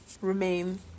remain